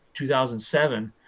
2007